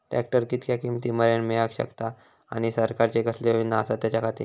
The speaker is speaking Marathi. ट्रॅक्टर कितक्या किमती मरेन मेळाक शकता आनी सरकारचे कसले योजना आसत त्याच्याखाती?